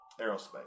aerospace